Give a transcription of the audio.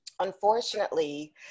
Unfortunately